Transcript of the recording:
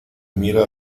mira